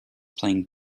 playing